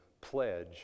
pledge